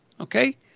Okay